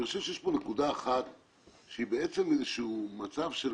אני חושב שיש פה נקודה אחת שהיא בעצם מצב של